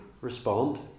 respond